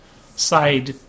side